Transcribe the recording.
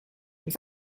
mit